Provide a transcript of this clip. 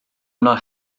yno